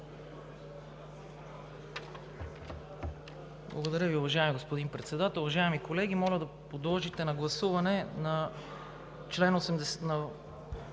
Благодаря Ви, уважаеми господин Председател. Уважаеми колеги, моля да подложите на гласуване процедура